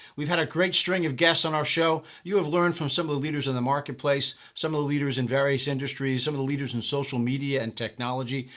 have a great string of guest on our show, you have learn from some of the leaders in the market place, some of the leaders in various industries, some of the leaders in social media and technology.